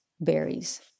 berries